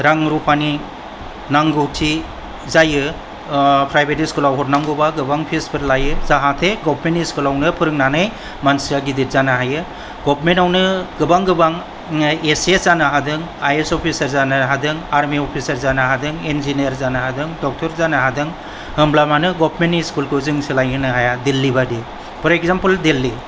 रां रूफानि नांगौथि जायो प्राइवेट स्कूलाव हरनांगौबा गोबां फिसफोर लायो जाहाथे गवार्नमेन्ट स्कूलावनो फोरोंनानै मानसिया गिदिर जानो हायो गवार्नमेन्टावनो गोबां गोबां ए सि एस जानो हादों आइ ए एस अफिसार जानो हादों आरमि अफिसार जानो हादों इन्जिनियार जानो हादों डक्टर जानो हादों होनब्ला मानो गवार्नमेन्ट स्कूलखौ जों सोलाय होनो हाया दिल्ली बायदि फर एग्जामपोल दिल्ली